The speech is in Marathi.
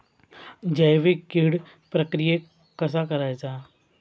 जैविक कीड प्रक्रियेक कसा करायचा?